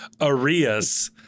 Arias